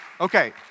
Okay